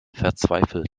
verzweifelt